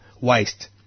waste